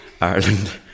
Ireland